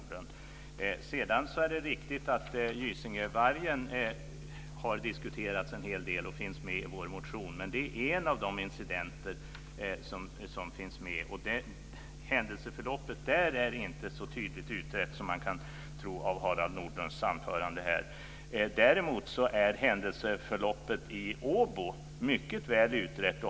Det är riktigt att Gysingevargen har diskuterats en hel del och finns med i vår motion. Men det är en av de incidenter som finns med. Händelseförloppet där är inte så tydligt utrett som man kan tro av Harald Däremot är händelseförloppet i Åbo mycket väl utrett.